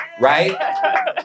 right